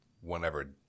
whenever